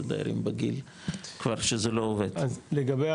דיירים כבר בגיל שזה כבר לא עובד ולכן